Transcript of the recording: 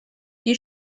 die